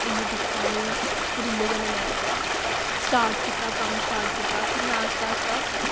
उ'नें दिक्खेआ मीं फिर उं'दे कन्नै में स्टार्ट कीता कम्म स्टार्ट कीता फिर में आस्ता आस्ता